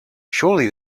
surely